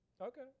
Okay